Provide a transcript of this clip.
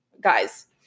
guys